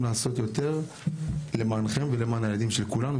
לעשות יותר למענכם ולמען הילדים של כולנו,